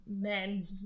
men